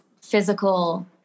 physical